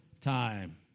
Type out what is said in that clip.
time